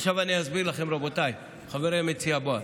עכשיו אני אסביר לכם, רבותיי, חברי המציע בועז: